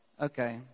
okay